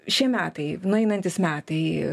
šie metai nueinantys metai